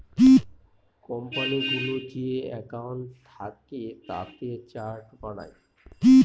কোম্পানিগুলোর যে একাউন্ট থাকে তাতে চার্ট বানায়